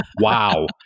Wow